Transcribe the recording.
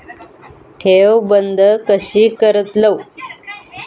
ठेव बंद कशी करतलव?